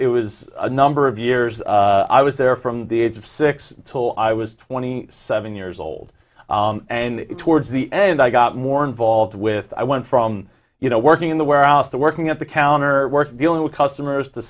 it was a number of years i was there from the age of six toll i was twenty seven years old and towards the end i got more involved with i went from you know working in the where out the working at the counter work dealing with customers to